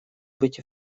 быть